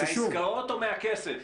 מהעסקאות או מהכסף?